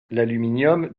l’aluminium